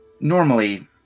Normally